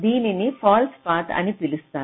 దీనిని false path అని పిలుస్తారు